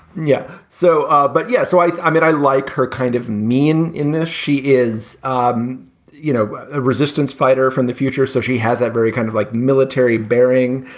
yeah. so ah but yeah. so i i mean i like her kind of i mean in this she is um you know a resistance fighter from the future so she has that very kind of like military bearing.